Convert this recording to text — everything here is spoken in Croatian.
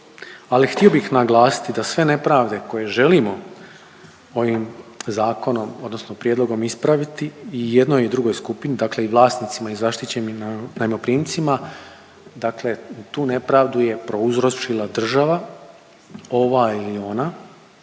ali htio bih naglasiti da sve nepravde koje želimo ovim zakonom odnosno prijedlogom ispraviti i jednoj i drugoj skupini, dakle i vlasnicima i zaštićenim najmoprimcima, dakle tu nepravdu je prouzročila država, ova ili ona,